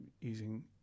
using